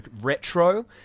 retro